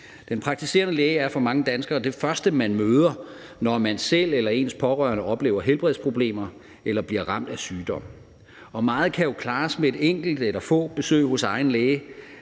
Den praktiserende læge er for mange danskere det første, man møder, når man selv eller ens pårørende oplever helbredsproblemer eller bliver ramt af sygdom, og meget kan jo klares med et enkelt eller få besøg hos egen læge.